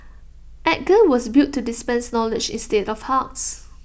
edgar was built to dispense knowledge instead of hugs